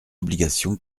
obligation